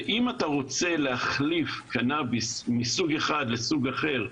ואם אתה רוצה להחליף קנביס מסוג אחד לסוג אחר,